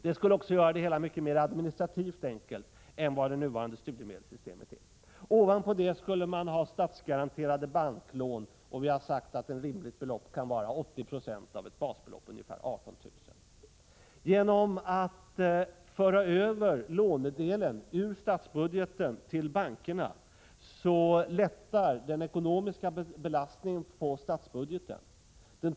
Det skulle också göra det hela administrativt mycket enklare än vad det nuvarande studiemedelssystemet är. Ovanpå denna studielön skulle man ha statsgaranterade banklån. Vi har sagt att ett rimligt belopp kan vara 80 96 av ett basbelopp, ungefär 18 000 kr. Genom att föra över lånedelen från statsbudgeten till bankerna lättar man den ekonomiska belastningen på statsbudgeten.